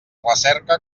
recerca